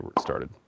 started